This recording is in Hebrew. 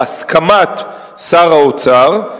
בהסכמת שר האוצר,